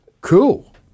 cool